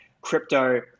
crypto